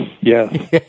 Yes